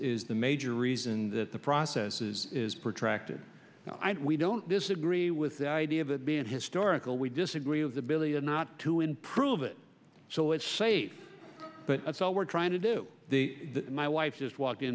is the major reason that the process is is protracted we don't disagree with the idea of it being historical we disagree with ability to not to improve it so it's safe but that's all we're trying to do my wife just walked in